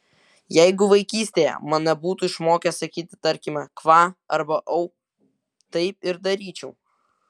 jeigu vaikystėje mane būtų išmokę sakyti tarkime kva arba au taip ir daryčiau